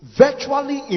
virtually